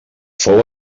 fou